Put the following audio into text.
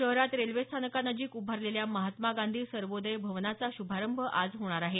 शहरात रेल्वे स्थानकानजिक उभारलेल्या महात्मा गांधी सर्वोदय भवनाचा श्रभारंभ आज होणार आहे